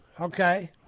Okay